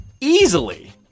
easily